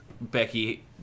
Becky